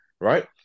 right